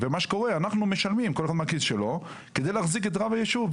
ומה שקורה אנחנו משלמים כל אחד מהכיס שלו כדי להחזיק את רב הישוב.